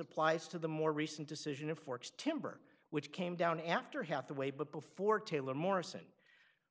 applies to the more recent decision of forks timber which came down after hathaway but before taylor morrison